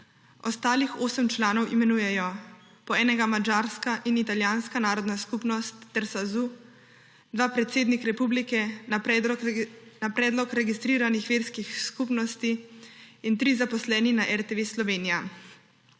Ostalih 8 članov imenujejo po enega madžarska in italijanska narodna skupnost ter Sazu, 2 predsednik republike na predlog registriranih verskih skupnosti in 3 zaposleni na RTV Slovenija.